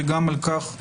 וגם על כך יש